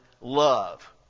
love